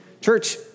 church